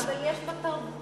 אבל יש בתרבות.